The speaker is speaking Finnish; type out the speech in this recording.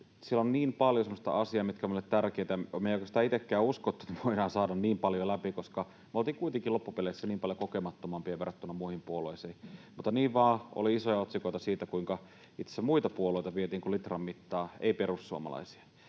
Siellä on niin paljon semmoisia asioita, mitkä ovat meille tärkeitä. Me ei oikeastaan itsekään uskottu, että me voidaan saada niin paljon läpi, koska me oltiin kuitenkin loppupeleissä niin paljon kokemattomampia verrattuna muihin puolueisiin, mutta niin vain oli isoja otsikoita siitä, kuinka itse asiassa muita puolueita vietiin kuin litran mittaa, ei perussuomalaisia.